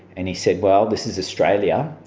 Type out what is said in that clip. and he said, well, this is australia,